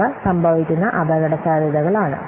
അവ സംഭവിക്കുന്ന അപകടസാധ്യതകൾ ആണ്